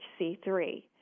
HC3